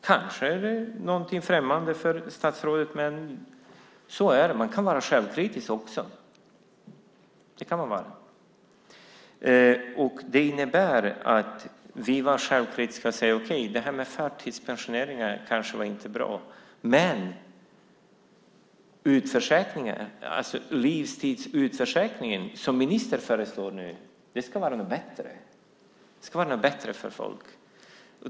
Kanske är det främmande för statsrådet, men man kan också vara självkritisk. Det innebär att detta med förtidspensioneringar kanske inte var bra, men skulle den livstidsutförsäkring som ministern nu föreslår vara bättre?